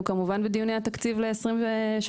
אנחנו בדיוני תקציב 2024-2023,